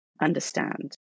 understand